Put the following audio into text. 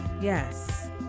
yes